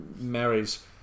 marries